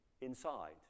inside